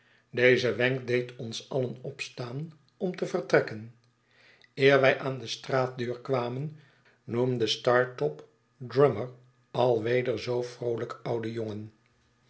deze wenk deed ons alien opstaan om te vertrekken eer wij aan de straatdeur kwamen noemde startop drummle alweder zoo vroolijk oude jongen